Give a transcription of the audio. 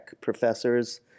professors